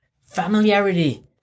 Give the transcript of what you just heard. familiarity